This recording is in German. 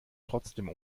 trotzdem